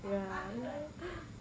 ya